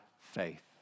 faith